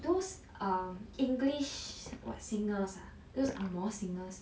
those um english what singers ah those ang moh singers